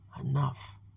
Enough